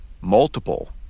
multiple